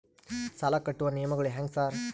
ಸಾಲ ಕಟ್ಟುವ ನಿಯಮಗಳು ಹ್ಯಾಂಗ್ ಸಾರ್?